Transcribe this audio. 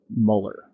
Mueller